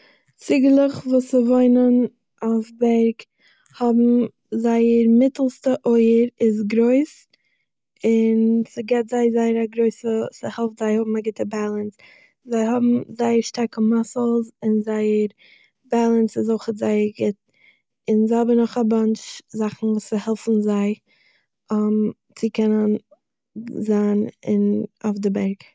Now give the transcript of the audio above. ציגעלעך וואס ס'וואוינען אויף בערג האבן זייער מיטלסטע אויער איז גרויס און ס'געט זיי זייערע גרויסע, ס'העלפט זיי האבן א גוטע בעלענס, זיי האבן זייער שטארקע מאסעלס און זיי בעלענסען זיך זייער גוט און זיי האבן נאך א באנטש זאכן וואס העלפן זיי צו קענען זיי און אויף די בערג.